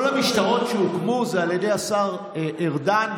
כל המשטרות שהוקמו היו על ידי השר ארדן,